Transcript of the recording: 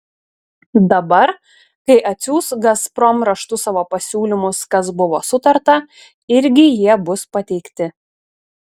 dabar kai atsiųs gazprom raštu savo pasiūlymus kas buvo sutarta irgi jie bus pateikti